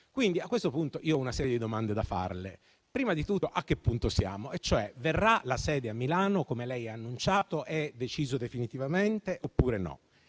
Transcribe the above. Quindi, a questo punto, ho una serie di domande da farle. Prima di tutto: a che punto siamo? Verrà la sede a Milano, come lei ha annunciato? È deciso definitivamente, oppure no?